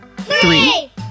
three